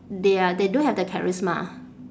they are they don't have that charisma